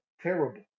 terrible